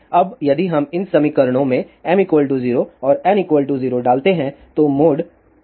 अब यदि हम इन समीकरणों में m 0 और n 0 डालते हैं तो मोड TM00 मोड होगा